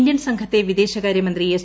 Indian സംഘത്തെ വിദേശകാര്യമന്ത്രി S